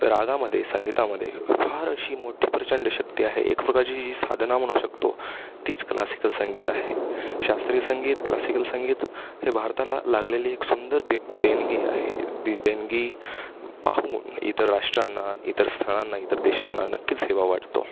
रागामध्ये संगीतामध्ये फार अशी मोठी प्रचंड शक्ती आहे एक प्रकारची जी साधना म्हणू शकतो तीच क्लासिकल संगीत आहे शास्त्रीय संगीत क्लासिकल संगीत हे भारताला लागलेली एक सुंदर दे देणगी आहे देणगी पाहून इतर राष्ट्रांना इतर स्थळांना इतर देशांना नक्कीच हेवा वाटतो